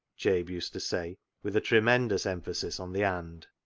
jabe used to say, with a tremendous emphasis on the and.